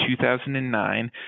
2009